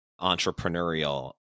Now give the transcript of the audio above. entrepreneurial